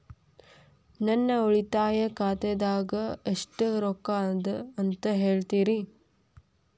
ನನ್ನ ಉಳಿತಾಯ ಖಾತಾದಾಗ ಎಷ್ಟ ರೊಕ್ಕ ಅದ ಅಂತ ಹೇಳ್ತೇರಿ?